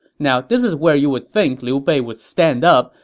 now, this is where you would think liu bei would stand up,